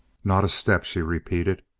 not a step, she repeated,